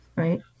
Right